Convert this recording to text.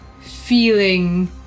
feeling